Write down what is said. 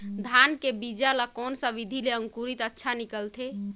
धान के बीजा ला कोन सा विधि ले अंकुर अच्छा निकलथे?